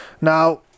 now